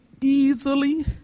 easily